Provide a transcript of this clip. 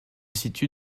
situe